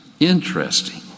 Interesting